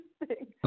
interesting